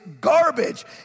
garbage